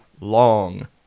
long